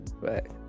right